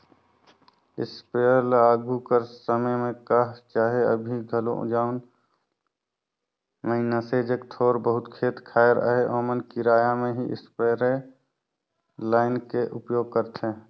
sprayer ल आघु कर समे में कह चहे अभीं घलो जउन मइनसे जग थोर बहुत खेत खाएर अहे ओमन किराया में ही इस्परे लाएन के उपयोग करथे